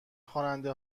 خواننده